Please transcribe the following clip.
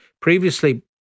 Previously